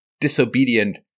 disobedient